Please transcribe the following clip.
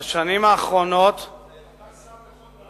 אתה שר לכל דבר?